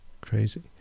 Crazy